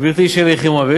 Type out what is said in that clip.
גברתי שלי יחימוביץ,